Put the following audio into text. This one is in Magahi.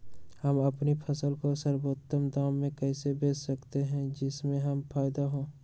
हम अपनी फसल को सर्वोत्तम दाम में कैसे बेच सकते हैं जिससे हमें फायदा हो?